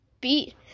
beat